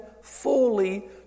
fully